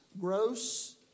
gross